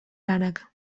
lanak